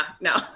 no